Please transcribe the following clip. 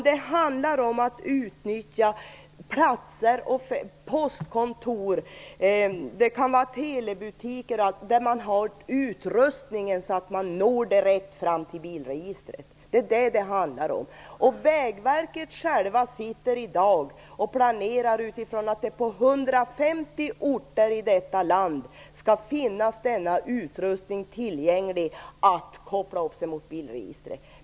Det handlar om att utnyttja postkontor och telebutiker där man har utrustningen så att man når direkt fram till bilregistret. Det är vad det handlar om. Vägverket självt sitter i dag och planerar utifrån att det på 150 orter i detta land skall finnas utrustning tillgänglig för att koppla upp sig mot bilregistret.